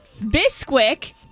Bisquick